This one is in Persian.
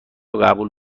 قبول